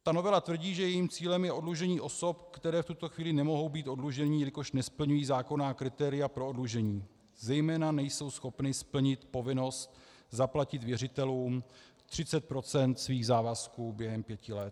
Novela tvrdí, že jejím cílem je oddlužení osob, které v tuto chvíli nemohou být oddluženy, jelikož nesplňují zákonní kritéria pro oddlužení, zejména nejsou schopny splnit povinnost zaplatit věřitelům 30 % svých závazků během pěti let.